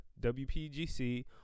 WPGC